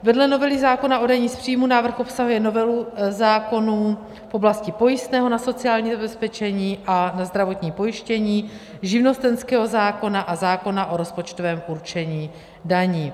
Vedle novely zákona o dani z příjmů návrh obsahuje novelu zákonů v oblasti pojistného na sociální zabezpečení a zdravotní pojištění, živnostenského zákona a zákona o rozpočtovém určení daní.